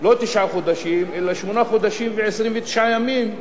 לא תשעה חודשים אלא שמונה חודשים ו-29 ימים,